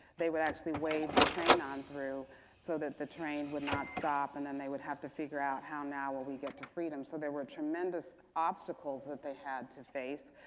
they would actually wave the train on through so that the train would not stop and then they would have to figure out how, now, will we get to freedom. so there were tremendous obstacles that they had to face.